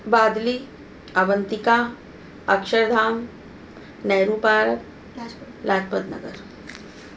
Badli Avantika Akshardham Nehru park Lajpat Nagar